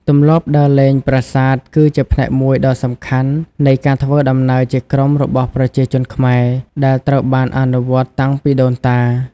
ទម្លាប់ដើរលេងប្រាសាទគឺជាផ្នែកមួយដ៏សំខាន់នៃការធ្វើដំណើរជាក្រុមរបស់ប្រជាជនខ្មែរ ដែលត្រូវបានអនុវត្តតាំងពីដូនតា។